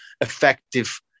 effective